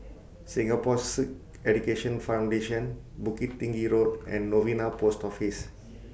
Singapore Sikh Education Foundation Bukit Tinggi Road and Novena Post Office